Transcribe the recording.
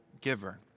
giver